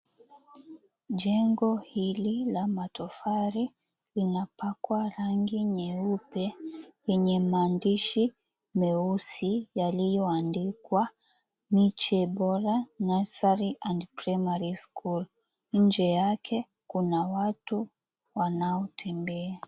Jengo hili la matofali, linapakwa rangi nyeupe, yenye maandishi meusi, yaliyoandikwa Miche Bora Nursery and Primary School. Nje yake, kuna watu wanaotembea.